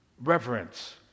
reverence